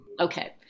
Okay